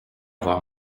avoir